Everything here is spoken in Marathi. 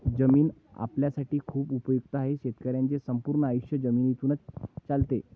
जमीन आपल्यासाठी खूप उपयुक्त आहे, शेतकऱ्यांचे संपूर्ण आयुष्य जमिनीतूनच चालते